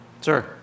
Sir